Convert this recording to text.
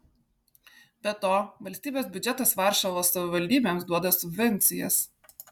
be to valstybės biudžetas varšuvos savivaldybėms duoda subvencijas